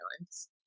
violence